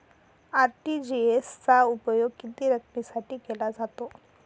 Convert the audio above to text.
RTGS चा उपयोग किती रकमेसाठी केला जातो?